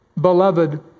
beloved